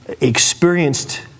experienced